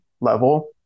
level